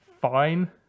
fine